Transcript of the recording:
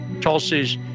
Tulsi's